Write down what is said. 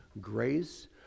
grace